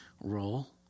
role